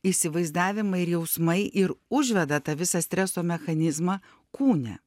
įsivaizdavimai ir jausmai ir užveda tą visą streso mechanizmą kūne